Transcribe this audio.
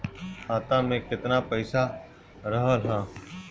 खाता में केतना पइसा रहल ह?